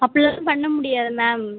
அப்பிடிலாம் பண்ண முடியாது மேம்